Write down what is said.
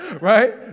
right